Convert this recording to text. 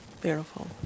Beautiful